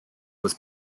was